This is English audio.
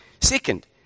Second